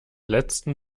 letzten